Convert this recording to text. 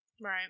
Right